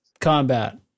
combat